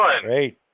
Great